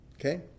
Okay